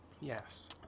Yes